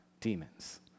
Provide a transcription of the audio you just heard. demons